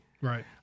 right